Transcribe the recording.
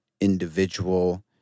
individual